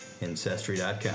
Ancestry.com